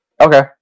Okay